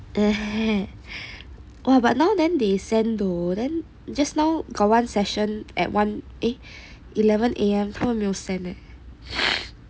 but now then they send though then just now got one session at one eh at eleven A_M 他们没有 send eh